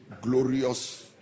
glorious